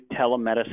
telemedicine